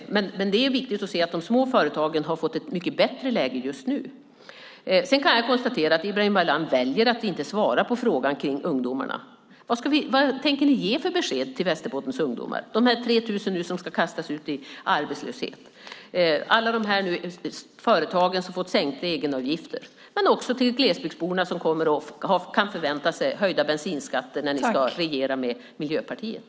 Men det är viktigt att se att de små företagen har fått ett mycket bättre läge. Sedan kan jag konstatera att Ibrahim Baylan väljer att inte svara på frågan om ungdomarna. Vad tänker ni ge för besked till Västerbottens ungdomar, de 3 000 som nu ska kastas ut i arbetslöshet? Vad tänker ni ge för besked till alla de företag som fått sänkta egenavgifter och till glesbygdsborna som kan förvänta sig höjda bensinskatter när ni ska regera med Miljöpartiet?